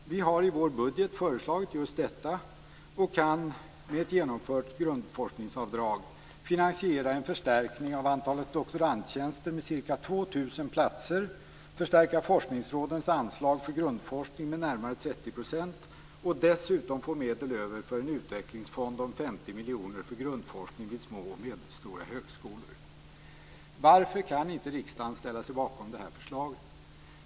Vi har i vår budget föreslagit just detta och kan med ett genomfört grundforskningsavdrag finansiera en förstärkning av antalet doktorandtjänster med ca 2 000 platser, förstärka forskningsrådens anslag för grundforskning med närmare 30 % och dessutom få medel över för en utvecklingsfond på 50 miljoner för grundforskning vid små och medelstora högskolor. Varför kan inte riksdagen ställa sig bakom det här förslaget?